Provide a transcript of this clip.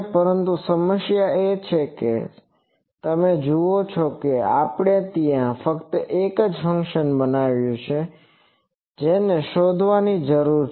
પરંતુ સમસ્યા એ છે કે તમે જુઓ છો કે આપણે ત્યાં ફક્ત એક જ ફંક્શન બનાવ્યું છે જેને શોધવાની જરૂર છે